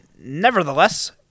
Nevertheless